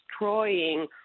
destroying